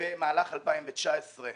במהלך 2019,